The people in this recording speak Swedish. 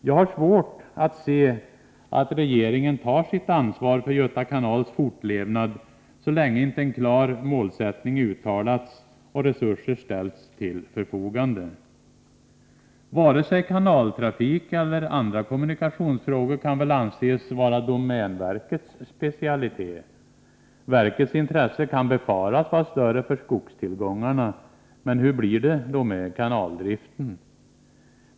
Jag har svårt att se att regeringen tar sitt ansvar för Göta kanals fortlevnad, så länge inte en klar målsättning uttalats och resurser ställts till förfogande. Varken kanaltrafik eller andra kommunikationsfrågor kan väl anses vara domänverkets specialitet. Verkets intresse kan befaras vara större för skogstillgångarna. Men hur blir det då med kanaldriften?